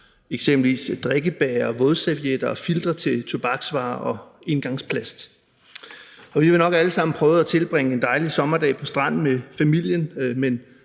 eksempelvis drikkebægre og vådservietter og filtre til tobaksvarer og engangsplast. Vi har nok alle sammen prøvet at tilbringe en dejlig sommerdag på stranden med familien,